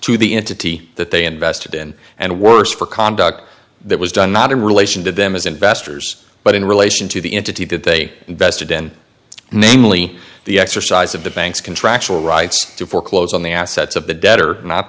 to the entity that they invested in and worse for conduct that was done not in relation to them as investors but in relation to the entity that they invested in namely the exercise of the bank's contractual rights to foreclose on the assets of the debtor not